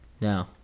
No